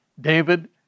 David